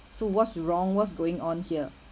so what's wrong what's going on here